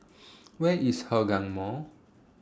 Where IS Hougang Mall